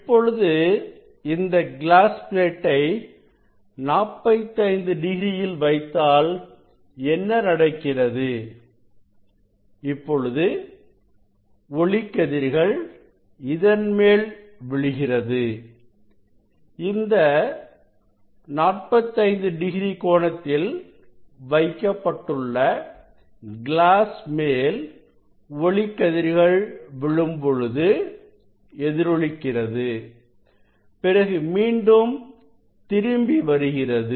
இப்பொழுது இந்த கிளாஸ் பிளேட்டை 45 டிகிரியில் வைத்தாள் என்ன நடக்கிறது இப்பொழுது ஒளிக்கதிர்கள் இதன் மேல் விழுகிறது இந்த45 டிகிரி கோணத்தில் வைக்கப்பட்டுள்ள கிளாஸ் மேல் ஒளிக்கதிர்கள் விழும் பொழுது எதிரொலிக்கிறது பிறகு மீண்டும் திரும்பி வருகிறது